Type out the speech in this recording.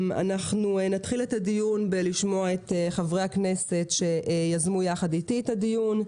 אנחנו נתחיל את הדיון בלשמוע את חברי הכנסת שיזמו יחד איתי את הדיון,